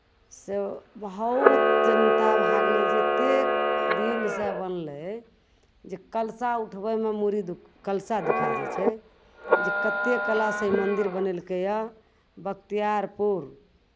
से बहुत चिन्ता भए गेलै जे एतेक दिनसँ बनलै जे कलशा उठबैमे मुड़ी दु कलशा दुखाए जाइ छै जे कतेक कलासँ ई मन्दिर बनेलकैए बख्तियारपुर